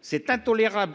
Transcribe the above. Cette ingérence